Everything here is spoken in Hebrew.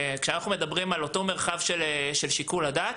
כשאנחנו מדברים על אותו מרחב של שיקול הדעת,